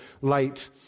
light